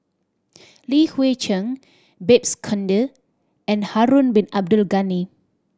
Li Hui Cheng Babes Conde and Harun Bin Abdul Ghani